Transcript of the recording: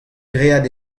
graet